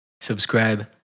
Subscribe